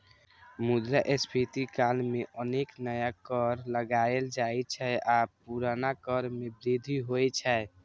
मुद्रास्फीति काल मे अनेक नया कर लगाएल जाइ छै आ पुरना कर मे वृद्धि होइ छै